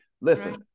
Listen